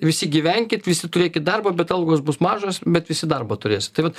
visi gyvenkit visi turėkit darbą bet algos bus mažos bet visi darbo turėsit tai vat